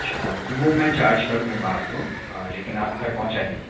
अच्छा तो वो मैं चार्ज कर दूँगा आपको लेकिन आप घर पहुँचा दीजिए